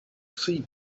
see